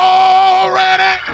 already